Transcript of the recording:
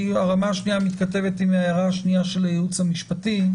הרמה השנייה מתכתבת עם ההערה השנייה של הייעוץ המשפטי.